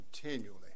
continually